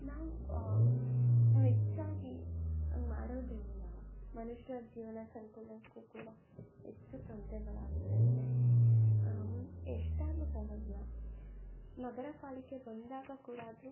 ನಾವು ನಾವು ಹೆಚ್ಚಾಗಿ ಹಾಗ್ ಮಾಡೋದರಿಂದ ಮನುಷ್ಯರ ಜೀವನ ಸಂಕುಲಕ್ಕೂ ಕೂಡ ಹೆಚ್ಚು ತೊಂದ್ರೆಗಳು ಆಗ್ತಾಯಿದೆ ಮುಂ ಎಷ್ಟಾದರೂ ಪರವಾಗಿಲ್ಲ ನಗರ ಪಾಲಿಕೆ ಬಂದಾಗ ಕೂಡ ಆದರೂ